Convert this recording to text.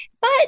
but-